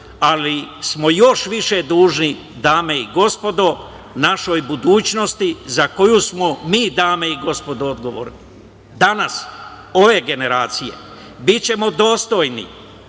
ali smo još više dužni, dame i gospodo, našoj budućnosti, za koju smo mi, dame i gospodo, odgovorni. Danas ove generacije, bićemo dostojni